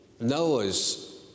Noah's